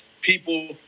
people